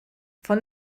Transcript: von